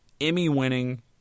Emmy-winning